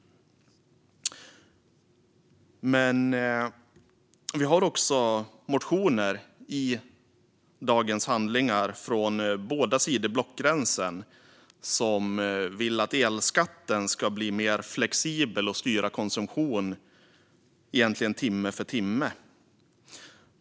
Men vi har också i ärendets handlingar motioner från båda sidor av blockgränsen som vill att elskatten ska bli mer flexibel och styra konsumtionen timme för timme.